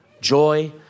joy